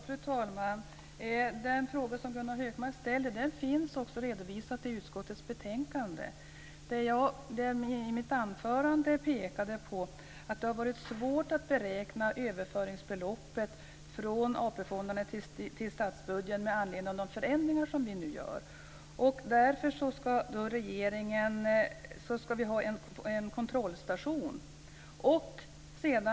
Fru talman! Den fråga som Gunnar Hökmark ställde finns redovisad i utskottets betänkande. I mitt anförande pekade jag på att det har varit svårt att beräkna överföringsbeloppet från AP-fonderna till statsbudgeten med anledning av de förändringar vi nu gör. Därför ska det finnas en kontrollstation.